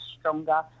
stronger